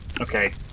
Okay